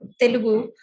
Telugu